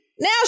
Now